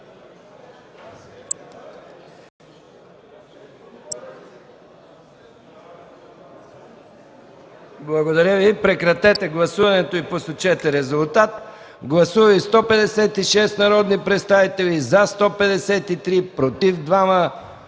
Благодаря Ви, прекратете гласуването и посочете резултата. Гласували 133 народни представители: за 103, против 26,